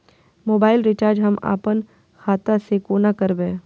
Mobile recharge हम आपन खाता से कोना करबै?